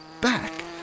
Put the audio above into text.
back